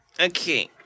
Okay